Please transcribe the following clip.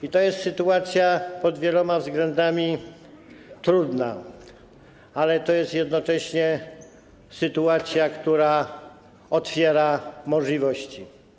I to jest sytuacja pod wieloma względami trudna, ale to jest jednocześnie sytuacja, która otwiera możliwości.